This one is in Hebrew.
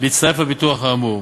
להצטרף לביטוח האמור.